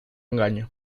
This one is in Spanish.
engaño